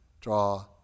draw